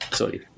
sorry